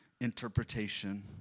interpretation